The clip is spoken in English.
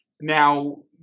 now